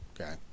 okay